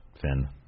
Finn